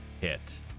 hit